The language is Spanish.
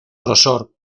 grosor